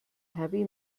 heavy